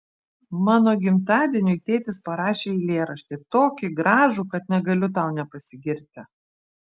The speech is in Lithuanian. mano gimtadieniui tėtis parašė eilėraštį tokį gražų kad negaliu tau nepasigirti